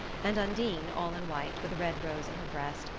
and undine, all in white, with a red rose in her breast,